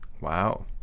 Wow